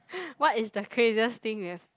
what is the craziest thing you have